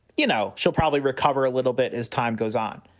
you know, she'll probably recover a little bit as time goes on.